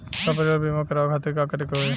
सपरिवार बीमा करवावे खातिर का करे के होई?